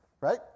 Right